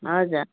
हजुर